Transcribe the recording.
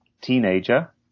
Teenager